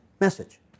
message